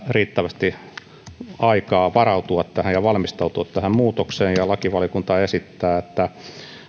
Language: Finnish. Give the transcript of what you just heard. riittävästi aikaa varautua tähän ja valmistautua tähän muutokseen lakivaliokunta esittää että